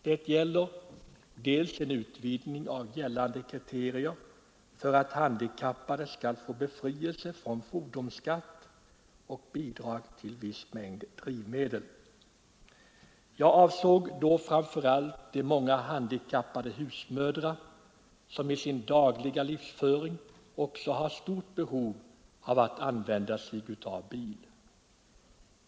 Den första frågan gällde en utvidgning av gällande kriterier för att handikappade skall få befrielse från fordonsskatt och bidrag till viss mängd drivmedel. Jag avsåg framför allt de många handikappade husmödrar som i sitt dagliga liv har stort behov av bil.